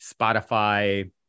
Spotify